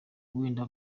wenda